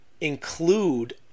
include